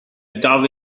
dove